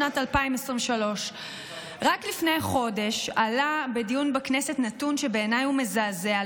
שנת 2023. רק לפני חודש עלה בדיון בכנסת נתון שבעיניי הוא מזעזע,